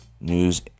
news